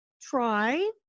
try